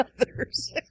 others